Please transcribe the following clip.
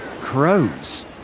crows